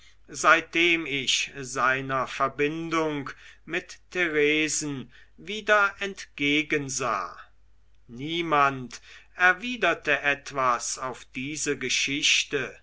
seitdem ich seiner verbindung mit theresen wieder entgegensah niemand erwiderte etwas auf diese geschichte